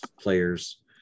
players